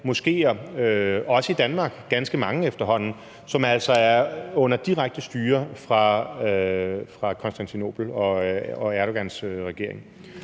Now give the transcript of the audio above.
også i Danmark – ganske mange efterhånden – som altså er under direkte styre fra Konstantinopel og Erdogans regering.